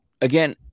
Again